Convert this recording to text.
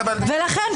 ולכן,